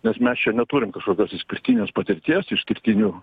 nes mes čia neturim kažkokios išskirtinės patirties išskirtinių